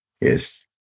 Yes